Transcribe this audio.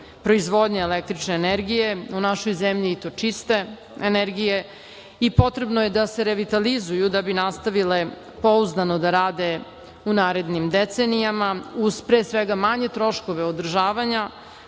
proizvodnje električne energije u našoj zemlji, i to čiste energije i potrebno je da se revitalizuju da bi nastavile pouzdano da rade u narednim decenijama, uz pre svega manje troškove održavanja,